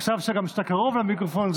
עכשיו, כשאתה קרוב למיקרופון,